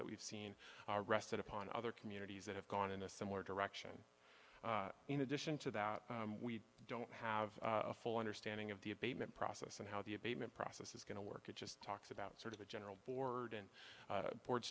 that we've seen rested upon other communities that have gone in a similar direction in addition to that we don't have a full understanding of the abatement process and how the abatement process is going to work it just talks about sort of a general board and